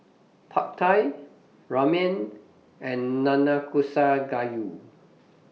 Pad Thai Ramen and Nanakusa Gayu